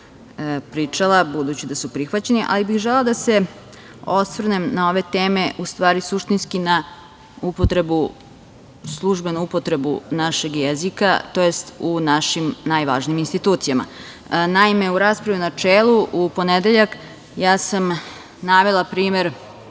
pričala, budući da su prihvaćeni, ali bih želela da se osvrnem na ove teme, u stvari suštinski na službenu upotrebu našeg jezika, tj. u našim najvažnijim institucijama. Naime, u raspravi u načelu u ponedeljak ja sam navela primer